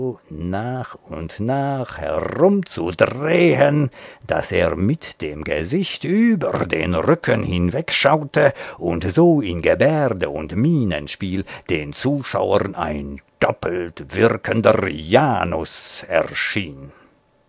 nach und nach herumzudrehen daß er mit dem gesicht über den rücken hinwegschaute und so in gebärde und mienenspiel den zuschauern ein doppelt wirkender janus erschien